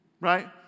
right